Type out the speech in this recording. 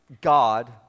God